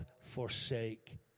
forsake